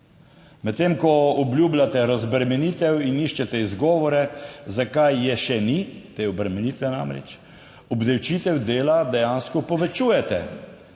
Medtem ko obljubljate razbremenitev in iščete izgovore, zakaj je še ni, te obremenitve, namreč, obdavčitev dela dejansko povečujete.